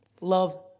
Love